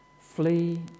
Flee